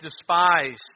despised